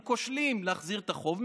והן כושלות בהחזרת החוב.